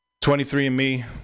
23andMe